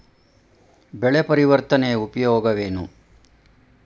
ಬೆಳೆ ಪರಿವರ್ತನೆಯ ಉಪಯೋಗವೇನು?